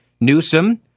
Newsom